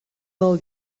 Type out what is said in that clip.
del